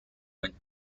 when